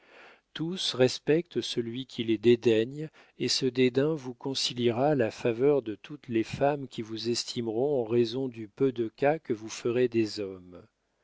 tous respectent celui qui les dédaigne et ce dédain vous conciliera la faveur de toutes les femmes qui vous estimeront en raison du peu de cas que vous ferez des hommes